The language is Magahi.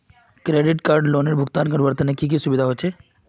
क्रेडिट कार्ड लोनेर भुगतान करवार तने की की सुविधा होचे??